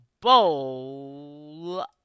Bowl